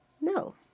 No